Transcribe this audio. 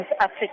Africa